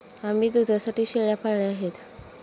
आम्ही दुधासाठी शेळ्या पाळल्या आहेत